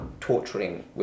torturing